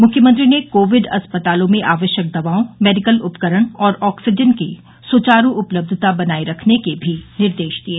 मुख्यमंत्री ने कोविड अस्पतालों में आवश्यक दवाओं मेडिकल उपकरण और ऑक्सीजन की सुचारू उपलब्धता बनाये रखने के भी निर्देश दिये